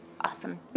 awesome